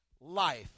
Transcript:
life